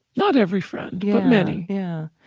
not every friend yeah but many yeah.